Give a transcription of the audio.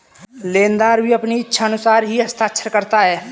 लेनदार भी अपनी इच्छानुसार ही हस्ताक्षर करता है